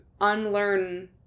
unlearn